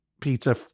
pizza